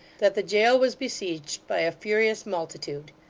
that the jail was besieged by a furious multitude.